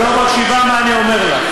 את לא מקשיבה מה אני אומר לך.